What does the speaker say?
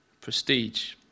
prestige